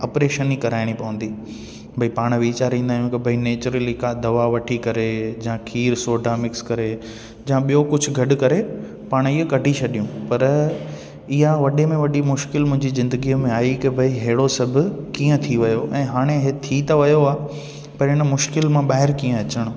oppression ई कराइणी पवंदी भई पाण वीचारींदा आहियूं की नेचुरली का दवा वठी करे या खीरु सोडा मिक्स करे या ॿियों कुझु गॾु करे पाण हीअ कढी छॾियूं पर इहा वॾे में वॾी मुश्किलु मुंहिंजी ज़िंदगीअ में आई की भई अहिड़ो सभु कीअं थी वियो ऐं हाणे हे थी त वियो आहे पर हिन मुश्किल में ॿाहिरि कीअं अचणु